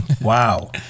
Wow